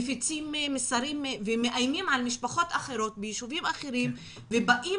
מפיצים מסרים ומאיימים על משפחות אחרות ביישובים אחרים ובאים